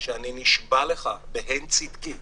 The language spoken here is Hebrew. אני נשבע לך בהן צדקי,